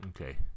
Okay